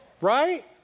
Right